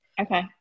Okay